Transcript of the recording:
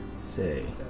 Say